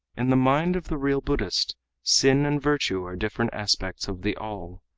in the mind of the real buddhist sin and virtue are different aspects of the all.